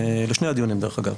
לשני הדיונים דרך אגב,